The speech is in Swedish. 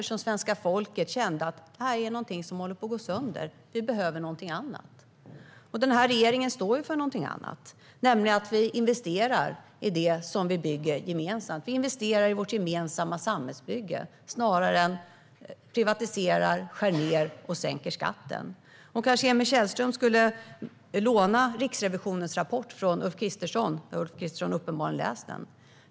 Svenska folket kände att något håller på att gå sönder och att det behövs något annat. Den här regeringen står för något annat, nämligen att vi investerar i det vi bygger gemensamt. Vi investerar i vårt gemensamma samhällsbygge snarare än privatiserar, skär ned och sänker skatten. Kanske Emil Källström skulle låna Riksrevisionens rapport från Ulf Kristersson - Ulf Kristersson har uppenbarligen läst den.